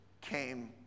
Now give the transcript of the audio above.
came